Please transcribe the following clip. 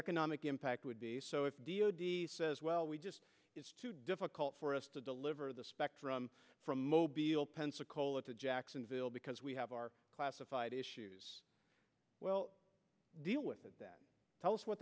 economic impact would be so if d o d says well we just difficult for us to deliver the spectrum from mobile pensacola to jacksonville because we have our classified issues well deal with that tell us what